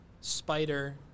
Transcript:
spider